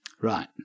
Right